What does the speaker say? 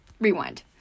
rewind